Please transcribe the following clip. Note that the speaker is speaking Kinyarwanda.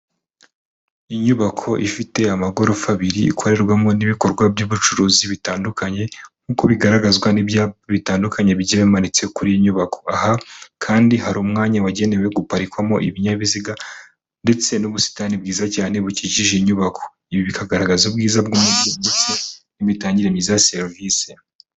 Inyubako ifite amagorofa abiri ikorerwamo n'ibikorwa by'ubucuruzi bitandukanye nk'uko bigaragazwa n'ibyapa bitandukanye bigiye bimanitse kuri iyi nyubako, aha kandi hari umwanya wagenewe guparikwamo ibinyabiziga ndetse n'ubusitani bwiza cyane bukikije inyubako, ibi bikagaragaza ubwiza bw'umujyi ndetse n'imitangire myiza ya serivise.